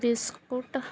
biscuit